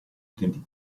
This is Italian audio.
utenti